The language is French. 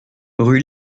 rue